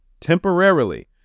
temporarily